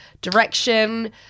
direction